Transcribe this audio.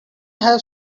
have